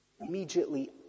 immediately